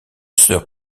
sœurs